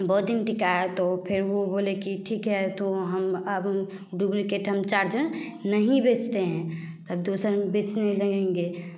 बहुत दिन टिका है तो फिर वो बोले कि ठीक है तो हम अब डूब्लीकेट हम चार्जर नहीं बेचते हैं तब दोसन बेचने लगेंगे